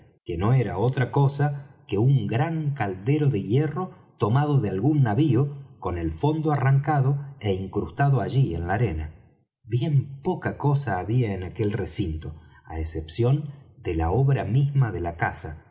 que no era otra cosa que un gran caldero de hierro tomado de algún navío con el fondo arrancado é incrustado allí en la arena bien poca cosa había en aquel recinto á excepción de la obra misma de la casa